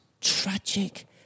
tragic